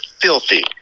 filthy